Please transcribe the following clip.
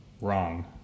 Wrong